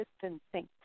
distancing